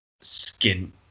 skin